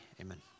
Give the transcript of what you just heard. Amen